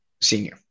senior